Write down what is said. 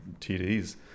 TDs